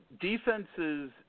defenses